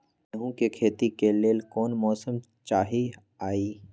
गेंहू के खेती के लेल कोन मौसम चाही अई?